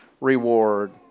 reward